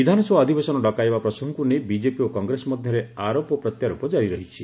ବିଧାନସଭା ଅଧବବେଶନ ଡକାଇବା ପ୍ରସଙ୍ଗକୁ ନେଇ ବିଜେପି ଓ କଂଗ୍ରେସ ମଧ୍ୟରେ ଆରୋପ ପ୍ରତ୍ୟାରୋପ ଜାରି ରହିଛି